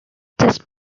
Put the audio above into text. just